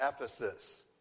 Ephesus